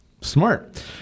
smart